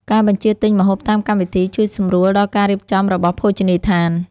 ការបញ្ជាទិញម្ហូបតាមកម្មវិធី ជួយសម្រួលដល់ការរៀបចំរបស់ភោជនីយដ្ឋាន។